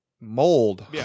mold